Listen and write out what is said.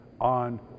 on